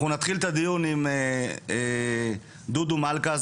אנחנו נתחיל את הדיון עם דודו מלכא,